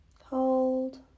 hold